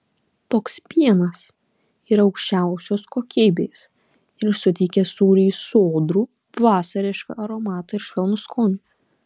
toks pienas yra aukščiausios kokybės ir suteikia sūriui sodrų vasarišką aromatą ir švelnų skonį